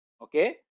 Okay